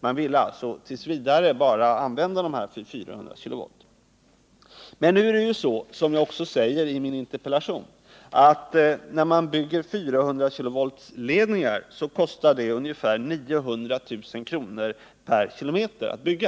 Man ville alltså t. v. bara använda dem för 400 kV. Men nu är det så, som jag också framhöll i min interpellation, att 400-kV-ledningar kostar ungefär 900 000 kr. per kilometer att bygga.